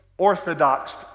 orthodox